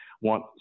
want